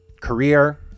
career